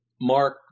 Mark